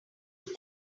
that